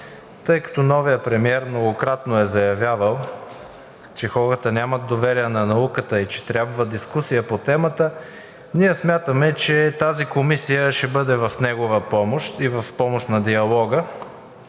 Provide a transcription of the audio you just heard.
Тъй като новият премиер многократно е заявявал, че хората нямат доверие на науката и че трябва дискусия по темата, ние смятаме, че тази комисия ще бъде в негова помощ и в помощ на диалога.